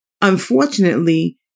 Unfortunately